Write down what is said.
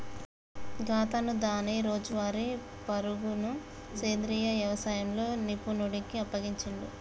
గాతను దాని రోజువారీ పరుగును సెంద్రీయ యవసాయంలో నిపుణుడికి అప్పగించిండు